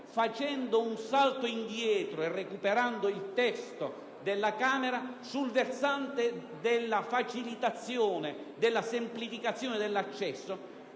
facendo un salto indietro e recuperando il testo della Camera, sul versante della facilitazione, della semplificazione all'accesso,